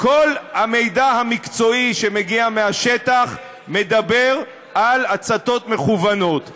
כל המידע המקצועי שמגיע מהשטח מדבר על הצתות מכוונות.